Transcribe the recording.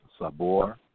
Sabor